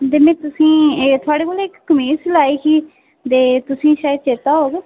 ते में तुसें ई थुआढ़े कोला इक कमीज सेआई ही ते तुसें ई शायद चेत्ता होग